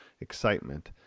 excitement